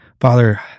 Father